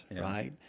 right